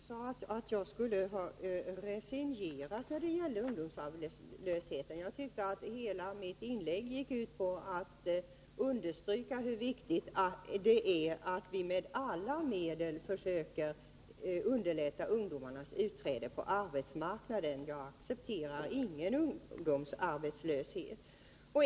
Herr talman! Lars Svensson sade att jag hade resignerat när det gäller ungdomsarbetslösheten. Jag tyckte att hela mitt inlägg gick ut på att understryka hur viktigt det är att vi med alla medel försöker underlätta ungdomarnas utträde på arbetsmarknaden. Jag accepterar ingen ungdomsarbetslöshet.